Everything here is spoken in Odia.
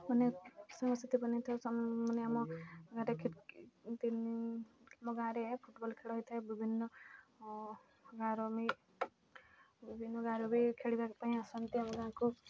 ମାନେ ସମସ୍ତେ ତ ବନାଇଥାଉ ମାନେ ଆମ ଗାଁରେ ତିନି ଆମ ଗାଁରେ ଫୁଟ୍ବଲ୍ ଖେଳ ହୋଇଥାଏ ବିଭିନ୍ନ ଗାଁର ବିଭିନ୍ନ ଗାଁର ବି ଖେଳିବା ପାଇଁ ଆସନ୍ତି ଆମ ଗାଁକୁ